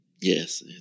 yes